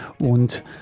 Und